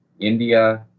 India